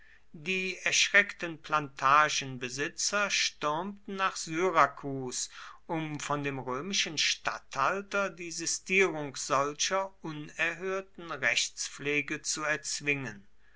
die erschreckten plantagenbesitzer stürmten nach syrakus um von dem römischen statthalter die sistierung solcher unerhörten rechtspflege zu erzwingen